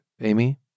Amy